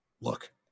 look